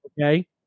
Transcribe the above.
Okay